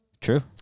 True